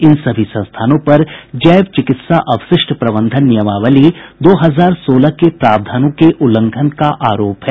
इन सभी संस्थानों पर जैव चिकित्सा अवशिष्ट प्रबंधन नियमावली दो हजार सोलह के प्रावधानों के उल्लंघन का आरोप है